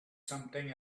something